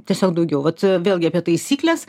tiesiog daugiau vat vėlgi apie taisykles